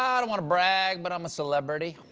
i don't want to brag but i'm a celebrity.